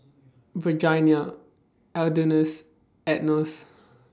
Virginia Elida and Enos